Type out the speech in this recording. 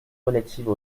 relatives